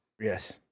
Yes